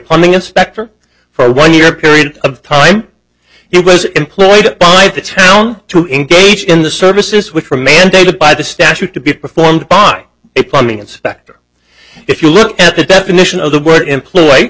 plumbing inspector for one year period of time he was employed on to engage in the services which were mandated by the statute to be performed by a plumbing inspector if you look at the definition of the word employ